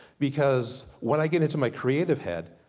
because when i get into my creative head,